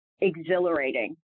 exhilarating